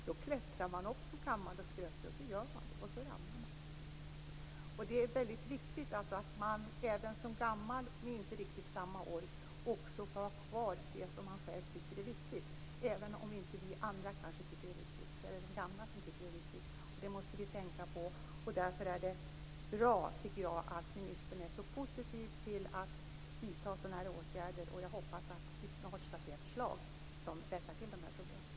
Då klättrar man upp gammal och skröplig, och så ramlar man. Det är viktigt att man även som gammal, med inte riktigt samma ork, får ha kvar det som man själv tycker är viktigt. Vi andra kanske inte tycker att det är viktigt, men de gamla gör det. Det måste vi tänka på. Därför är det bra att ministern är så positiv till att vidta sådana här åtgärder. Jag hoppas att vi snart får se förslag som rättar till de här problemen.